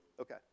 Okay